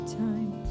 time